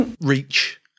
reach